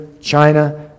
China